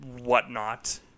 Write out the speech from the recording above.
whatnot